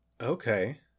Okay